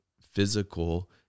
physical